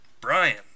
Brian